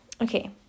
Okay